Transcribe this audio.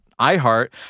iHeart